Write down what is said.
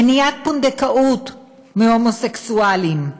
מניעת פונדקאות מהומוסקסואלים,